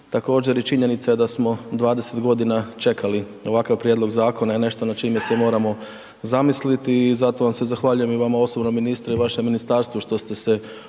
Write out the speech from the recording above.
Također i činjenica je da smo i 20 g. čekali ovakav prijedlog zakona, je nešto na čime se moramo zamisliti i zato vam se zahvaljujem i vama osobno ministre i vaše ministarstvo što ste se upravo